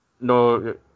No